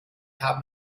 haben